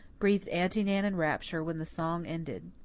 breathed aunty nan in rapture, when the song ended.